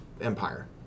empire